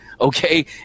okay